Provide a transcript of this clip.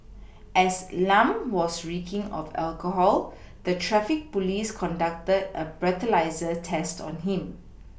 as Lam was reeking of alcohol the traffic police conducted a breathalyser test on him